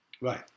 Right